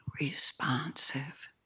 responsive